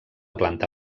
planta